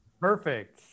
Perfect